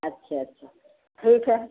अच्छा अच्छा ठीक है